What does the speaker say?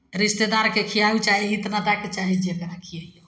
रिश्तेदारकेँ खियाउ चाहे हीत नाताकेँ चाहे जकरा खियैयै